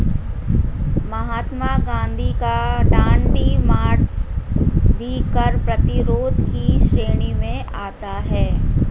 महात्मा गांधी का दांडी मार्च भी कर प्रतिरोध की श्रेणी में आता है